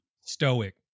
Stoic